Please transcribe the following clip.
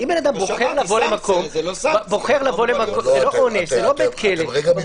זה לא אונס, זה לא בית כלא.